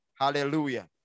Hallelujah